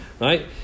right